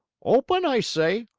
open, i say,